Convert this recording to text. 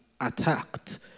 attacked